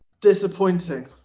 disappointing